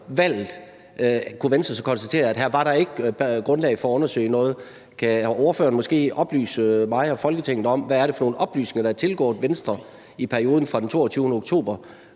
kunne Venstre så konstatere, at her var der ikke grundlag for at undersøge noget. Kan ordføreren måske oplyse mig og Folketinget om, hvad det er for nogle oplysninger, der er tilgået Venstre i perioden fra den 22. oktober